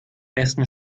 besten